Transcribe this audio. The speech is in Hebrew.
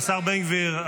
השר בן גביר,